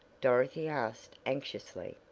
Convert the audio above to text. dorothy asked anxiously.